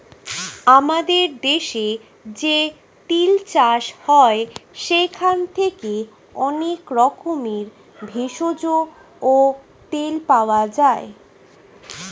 আমাদের দেশে যে তিল চাষ হয় সেখান থেকে অনেক রকমের ভেষজ ও তেল পাওয়া যায়